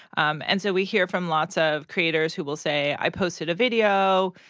um and so we hear from lots of creators who will say, i posted a video.